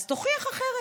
אז תוכיח אחרת.